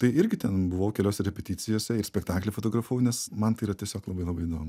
tai irgi ten buvau keliose repeticijose ir spektaklį fotografavau nes man tai yra tiesiog labai labai įdomu